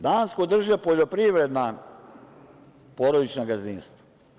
Dansku drže poljoprivredna porodična gazdinstva.